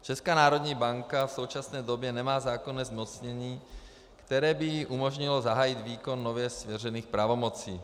Česká národní banka v současné době nemá zákonné zmocnění, které by jí umožnilo zahájit výkon nově svěřených pravomocí.